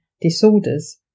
disorders